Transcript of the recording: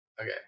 okay